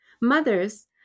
Mothers